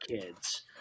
kids